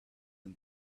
and